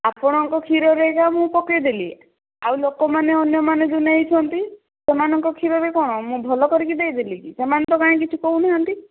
ଆପଣଙ୍କ କ୍ଷୀରରେ ଏକା ମୁଁ ପକେଇଦେଲି ଆଉ ଲୋକମାନେ ଅନ୍ୟମାନେ ଯେଉଁ ନେଇଛନ୍ତି ସେମାନଙ୍କ କ୍ଷୀରରେ କଣ ମୁଁ ଭଲ କରିକି ଦେଇଦେଲି କି କାଇଁ ସେମାନେ ତ କିଛି କହୁନାହାନ୍ତି